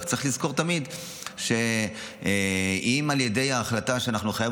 רק צריך לזכור תמיד שאם על ידי החלטה שאנחנו נחייב